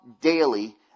daily